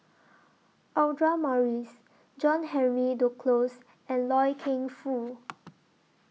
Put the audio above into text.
Audra Morrice John Henry Duclos and Loy Keng Foo